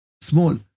small